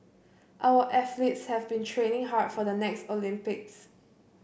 our athletes have been training hard for the next Olympics